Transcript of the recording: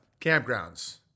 campgrounds